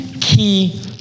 key